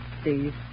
Steve